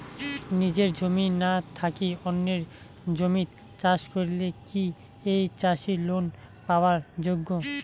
নিজের জমি না থাকি অন্যের জমিত চাষ করিলে কি ঐ চাষী লোন পাবার যোগ্য?